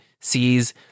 sees